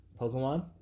Pokemon